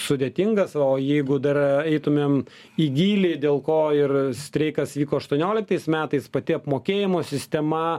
sudėtingas o jeigu dar eitumėm į gylį dėl ko ir streikas vyko aštuonioliktais metais pati apmokėjimo sistema